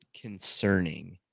concerning